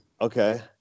Okay